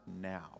now